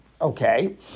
Okay